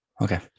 Okay